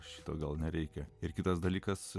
šito gal nereikia ir kitas dalykas